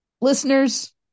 Listeners